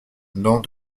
dans